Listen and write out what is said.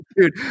Dude